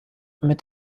mit